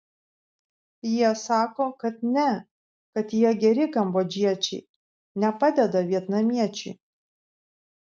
jie sako kad ne kad jie geri kambodžiečiai nepadeda vietnamiečiui